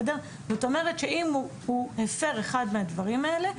זאת אומרת שאם הוא הפר אחד מהדברים האלה,